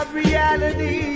reality